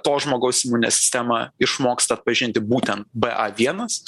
to žmogaus imuninė sistema išmoksta atpažinti būtent b a vienas